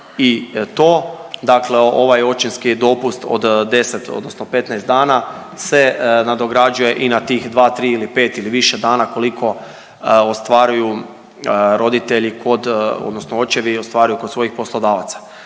i to. Dakle, ovaj očinski dopust od 10 odnosno 15 dana se nadograđuje i na tih 2, 3 ili 5 ili više dana koliko ostvaruju roditelji kod odnosno očevi ostvaruju kod svojih poslodavaca.